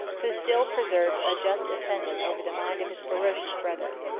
who still preserved a just ascendant over the mind of his ferocious brother.